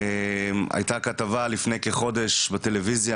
הייתה כתבה לפני כחודש בטלוויזיה,